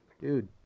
dude